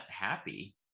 happy